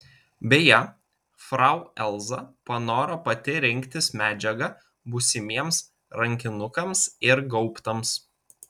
beje frau elza panoro pati rinktis medžiagą būsimiems rankinukams ir gaubtams